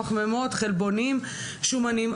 פחמימות חלבונים שומנים,